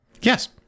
Yes